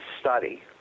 study